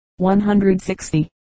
160